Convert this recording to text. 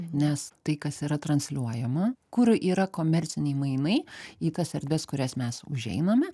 nes tai kas yra transliuojama kur yra komerciniai mainai į tas erdves kurias mes užeiname